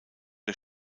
der